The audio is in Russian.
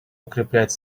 укреплять